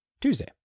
Tuesday